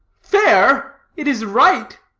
fair? it is right.